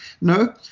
No